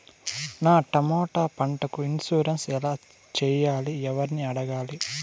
నా టమోటా పంటకు ఇన్సూరెన్సు ఎలా చెయ్యాలి? ఎవర్ని అడగాలి?